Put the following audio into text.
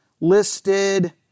listed